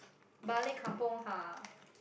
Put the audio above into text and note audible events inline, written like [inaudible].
Balik Kampung [noise]